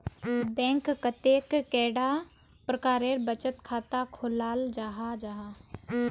Bank कतेक कैडा प्रकारेर बचत खाता खोलाल जाहा जाहा?